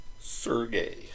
Sergey